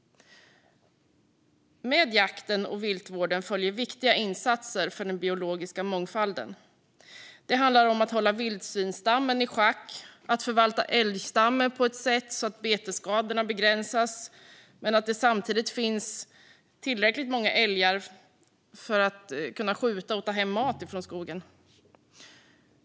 Med jakten och viltvården följer viktiga insatser för den biologiska mångfalden. Det handlar om att hålla vildsvinsstammen i schack och att förvalta älgstammen på så sätt att betesskadorna begränsas samtidigt som det finns tillräckligt många älgar att skjuta för att kunna ta hem mat från skogen.